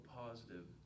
positive